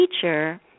teacher